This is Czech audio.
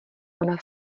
ona